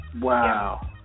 Wow